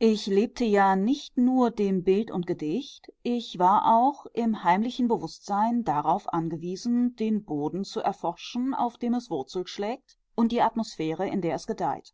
ich lebte ja nicht nur dem bild und gedicht ich war auch im heimlichen bewußtsein darauf angewiesen den boden zu erforschen auf dem es wurzel schlägt und die atmosphäre in der es gedeiht